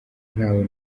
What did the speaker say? ntawe